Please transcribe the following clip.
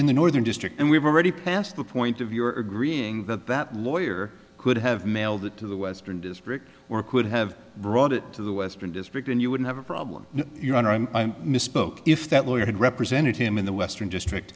in the northern district and we've already passed the point of your agreeing that that lawyer could have mailed it to the western district or could have brought it to the western district and you would have a problem your honor i misspoke if that lawyer had represented him in the western district